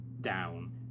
down